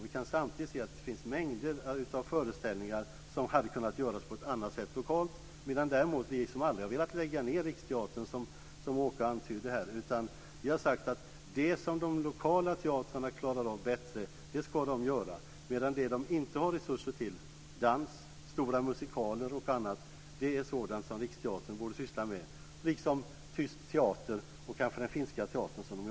Vi kan samtidigt se att det finns mängder av föreställningar som hade kunnat göras på ett annat sätt lokalt, medan däremot vi som aldrig har velat lägga ned Riksteatern - som Åke Gustavsson antydde - har sagt att det som de lokala teatrarna klarar av bättre ska de göra, medan det de inte har resurser till, dans, stora musikaler, borde Riksteatern syssla med. Det gäller även tyst teater och den finska teatern.